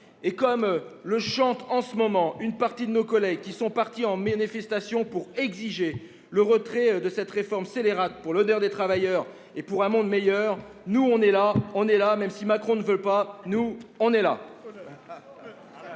! Comme le chantent en ce moment une partie de nos collègues partis manifester pour exiger le retrait de cette réforme scélérate, pour l'honneur des travailleurs et pour un monde meilleur :« Nous, on est là ! On est là ! Même si Macron ne veut pas, nous, on est là